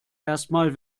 erstmal